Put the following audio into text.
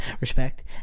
respect